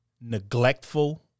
neglectful